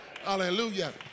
hallelujah